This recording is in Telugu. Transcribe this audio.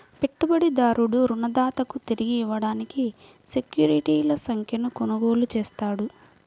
పెట్టుబడిదారుడు రుణదాతకు తిరిగి ఇవ్వడానికి సెక్యూరిటీల సంఖ్యను కొనుగోలు చేస్తాడు